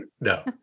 No